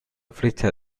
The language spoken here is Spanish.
flechas